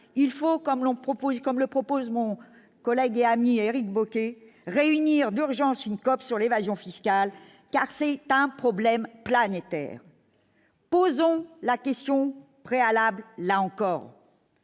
proposé, comme le propose mon collègue et ami Éric Bocquet réunir d'urgence une corruption sur l'évasion fiscale car c'est pas un problème planétaire, posons la question préalable, là encore,